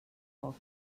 poc